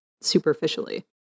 superficially